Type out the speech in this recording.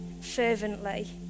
fervently